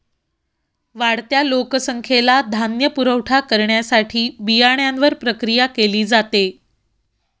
वाढत्या लोकसंख्येला धान्य पुरवठा करण्यासाठी बियाण्यांवर प्रक्रिया केली जाते